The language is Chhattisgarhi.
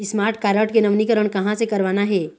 स्मार्ट कारड के नवीनीकरण कहां से करवाना हे?